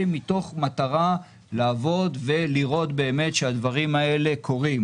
מתוך מטרה לעבוד ולראות באמת שהדברים האלה קורים,